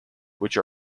which